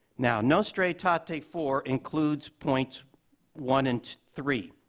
now, nostra aetate four includes points one and three,